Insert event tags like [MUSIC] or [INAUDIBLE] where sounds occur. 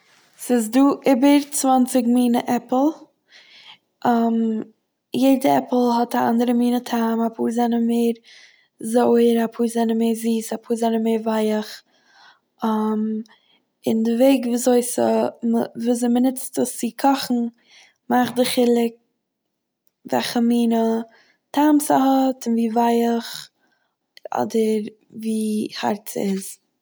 ס'איז דא איבער צוואנציג מינע עפל, [HESITATION] יעדע עפל האט א אנדערע מינע טעם, אפאר זענען מער זויער, אפאר זענען מער זיס, אפאר זענען מער ווייעך, [HESITATION] און די וועג ווי אזוי ס'ע- מ'ע- ווי אזוי מ'נוצט עס צו קאכן מאכט די חילוק וועלכע מינע טעם ס'האט און ווי ווייעך אדער ווי הארט ס'איז.